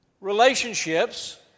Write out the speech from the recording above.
Relationships